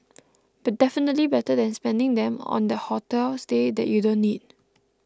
definitely better than spending them on that hotel stay that you don't need